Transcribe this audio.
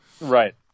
Right